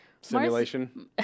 simulation